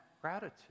gratitude